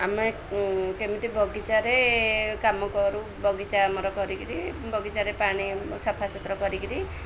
ଆମେ କେମିତି ବଗିଚାରେ କାମ କରୁ ବଗିଚା ଆମର କରିକିରି ବଗିଚାରେ ପାଣି ସଫା ସୁତୁର କରିକିରି